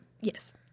yes –